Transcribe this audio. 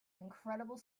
incredible